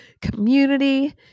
community